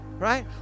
Right